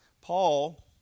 Paul